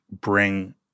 bring